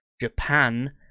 Japan